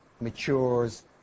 matures